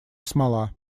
смола